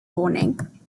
warning